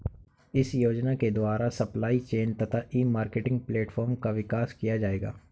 इस योजना के द्वारा सप्लाई चेन तथा ई मार्केटिंग प्लेटफार्म का विकास किया जाएगा